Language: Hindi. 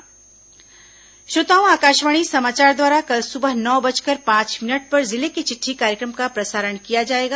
जिले की चिटठी श्रोताओं आकाशवाणी समाचार द्वारा कल सुबह नौ बजकर पांच मिनट पर जिले की चिट्ठी कार्यक्रम का प्रसारण किया जाएगा